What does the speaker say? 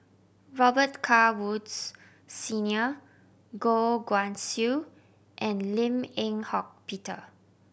Robet Carr Woods Senior Goh Guan Siew and Lim Eng Hock Peter